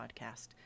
podcast